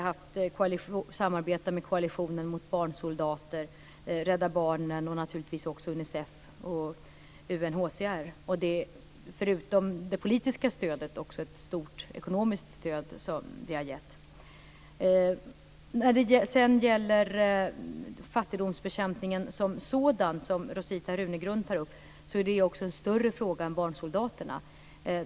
Vi har samarbetat med Koalitionen mot barnsoldater, Rädda Barnen och naturligtvis också Unicef och UNHCR. Förutom det politiska stödet har vi också gett ett stort ekonomiskt stöd. Fattigdomsbekämpningen som sådan, som Rosita Runegrund tar upp, är en större fråga än frågan om barnsoldaterna.